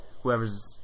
Whoever's